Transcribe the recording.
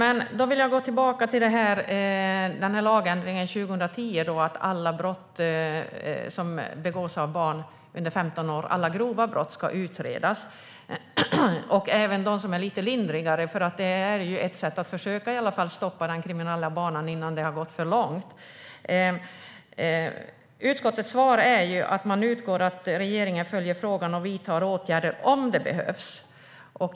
År 2010 gjordes en lagändring om att alla grova brott som begås av barn under 15 år ska utredas. Även de lite lindrigare brotten ska utredas, eftersom det är ett sätt att i alla fall försöka stoppa den kriminella banan innan det har gått för långt. Utskottets svar är att man utgår från att regeringen följer frågan och vidtar åtgärder om det behövs.